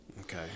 Okay